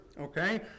okay